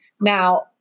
Now